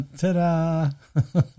Ta-da